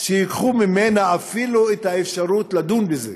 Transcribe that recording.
שייקחו ממנה אפילו את האפשרות לדון בזה